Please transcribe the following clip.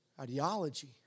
ideology